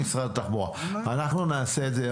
אנחנו נעשה את זה.